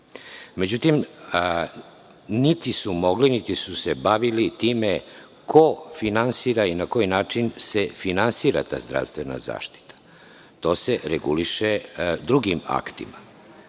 Međutim, niti su mogli niti su se bavili time ko finansira i na koji način se finansira ta zdravstvena zaštita. To se reguliše drugim aktima.